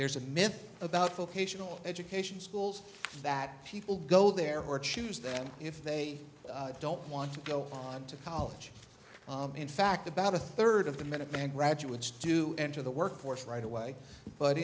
there's a myth about folk ational education schools that people go there or choose that if they don't want to go on to college in fact about a third of the minuteman graduates do enter the workforce right away but